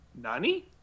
Nani